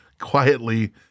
quietly